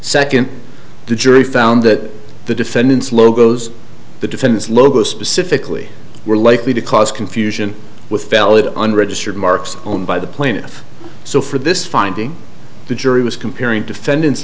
second the jury found that the defendants logos the defendants logo specifically were likely to cause confusion with valid unregistered marks owned by the plaintiff so for this finding the jury was comparing defendants